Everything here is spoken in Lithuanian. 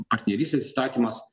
partnerystės įstatymas